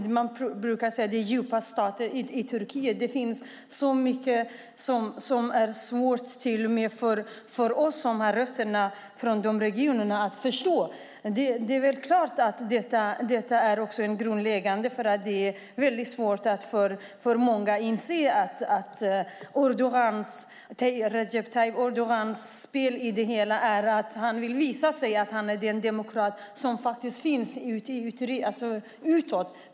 Man brukar säga att det är djupa stater. I Turkiet finns det mycket som är svårt att förstå till och med för oss som har rötterna i de här regionerna. Det är klart att detta är grundläggande. Det är svårt att inse för många att Recep Tayyip Erdogans spel i det hela är att han vill visa att han är den demokrat som syns utåt.